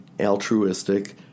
altruistic